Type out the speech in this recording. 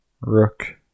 rook